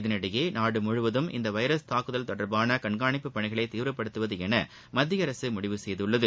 இதற்கிடையே நாடு முழுவதும் இந்த வைரஸ் தாக்குதல் தொடர்பான கண்காணிப்பு பணிகளை தீவிரப்படுத்துவதென மத்திய அரசு முடிவு செய்துள்ளது